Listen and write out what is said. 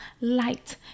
light